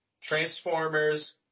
Transformers